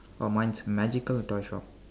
oh mine is magical toy shop